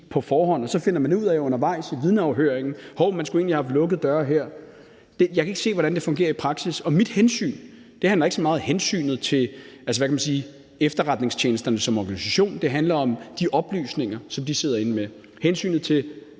på forhånd, og at man så undervejs i vidneafhøringen finder ud af, at man egentlig skulle have haft lukkede døre her. Jeg kan ikke se, hvordan det fungerer i praksis, og mit hensyn handler ikke så meget om hensynet til efterretningstjenesterne som organisationer; det handler om de oplysninger, som de sidder inde med, hensynet til